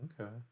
okay